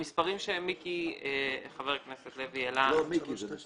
המספרים שחבר הכנסת מיקי לוי העלה,